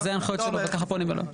אז אלה הנחיות שלו וכך פונים אליו.